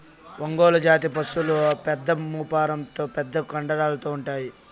ఒంగోలు జాతి పసులు పెద్ద మూపురంతో పెద్ద కండరాలతో ఉంటాయి